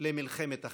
למלחמת אחים.